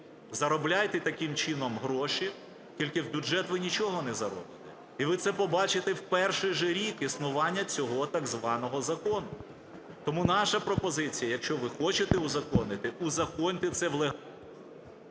заробляйте таким чином гроші, тільки в бюджет ви нічого не заробите. І ви це побачите в перший же рік існування цього так званого закону. Тому наша пропозиція, якщо ви хочете узаконити, узаконьте це… Веде